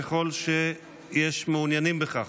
ככל שיש מעוניינים בכך.